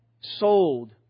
sold